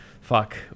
Fuck